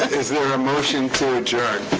is there a motion to adjourn?